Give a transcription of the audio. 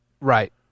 Right